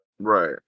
Right